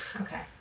Okay